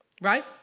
Right